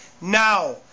now